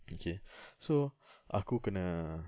okay so aku kena